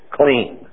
clean